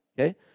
Okay